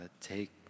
take